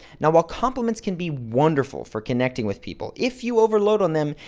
now while compliments can be wonderful for connecting with people, if you overload on them,